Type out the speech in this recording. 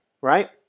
right